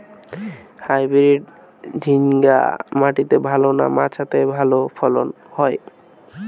Hybrid ঝিঙ্গা মাটিতে ভালো না মাচাতে ভালো ফলন?